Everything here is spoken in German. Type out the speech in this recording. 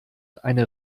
eine